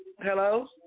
Hello